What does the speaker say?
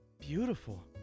beautiful